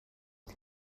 dim